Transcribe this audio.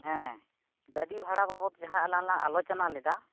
ᱦᱮᱸ ᱜᱟᱹᱰᱤ ᱵᱷᱟᱲᱟ ᱵᱟᱵᱚᱫ ᱡᱟᱦᱟᱸ ᱟᱞᱟᱝᱞᱟᱝ ᱟᱞᱚᱪᱚᱱᱟ ᱞᱮᱫᱟ